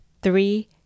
Three